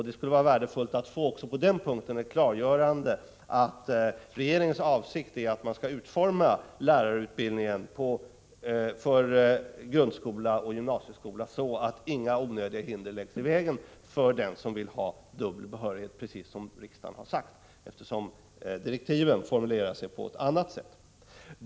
Det skulle vara värdefullt att även på den punkten få ett klargörande om att regeringens avsikt är att man skall utforma lärarutbildningen för grundskola och gymnasieskola på ett sådant sätt att några onödiga hinder inte läggs i vägen för den som vill ha dubbel behörighet — precis som riksdagen har sagt. Direktiven är nämligen formulerade på ett annat sätt.